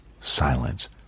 silence